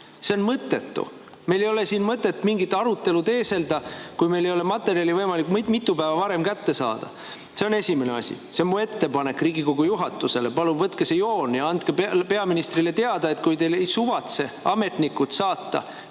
See on mõttetu! Meil ei ole siin mõtet mingit arutelu teeselda, kui meil ei ole materjali võimalik mitu päeva varem kätte saada. See on esimene asi. See on mu ettepanek Riigikogu juhatusele: palun võtke see joon ja andke peaministrile teada, et kui ametnikud ei suvatse teile